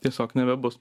tiesiog nebebus